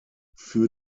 für